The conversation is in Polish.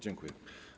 Dziękuję.